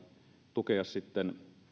tukea sitten